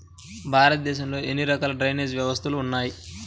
భారతదేశంలో ఎన్ని రకాల డ్రైనేజ్ వ్యవస్థలు ఉన్నాయి?